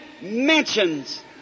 mentions